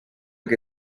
que